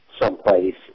someplace